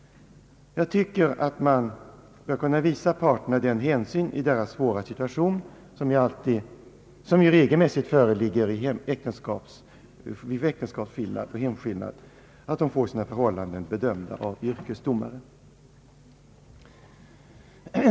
Jag tycker att man bör kunna visa parterna den hänsynen i den svåra situation, som i regel föreligger i mål om hemskillnad och äktenskapsskillnad, att de får sina förhållanden bedömda av yrkesdomare.